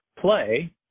play